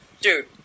Dude